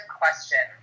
question